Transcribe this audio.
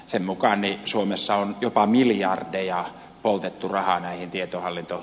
sen mukaan suomessa on jopa miljardeja poltettu rahaa näihin tietohallinto